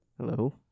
Hello